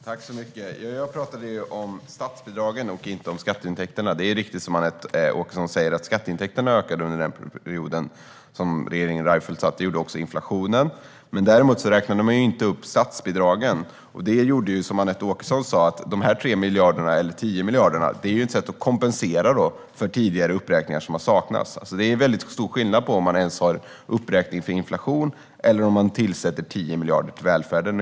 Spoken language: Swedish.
Herr talman! Jag talade om statsbidragen och inte om skatteintäkterna. Det är riktigt, det som Anette Åkesson säger: Skatteintäkterna ökade under den period som regeringen Reinfeldt satt vid makten, och det gjorde även inflationen. Däremot räknade man inte upp statsbidragen. Det gör, som Anette Åkesson sa, att de 3 eller 10 miljarderna är ett sätt att kompensera för tidigare uppräkningar som har saknats. Det är stor skillnad på att över huvud taget ha uppräkning för inflation och att tillsätta 10 miljarder till välfärden.